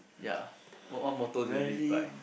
ya what what motto do you live by